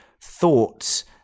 thoughts